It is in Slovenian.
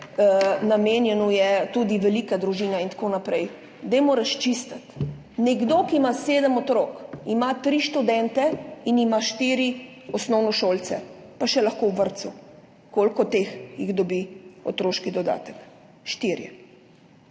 namenjeno je tudi velikim družinam in tako naprej. Dajmo razčistiti. Nekdo, ki ima sedem otrok, ima tri študente in ima štiri osnovnošolce, pa še lahko otroka v vrtcu. Koliko teh otrok dobi otroški dodatek? Štirje